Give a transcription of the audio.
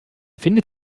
findet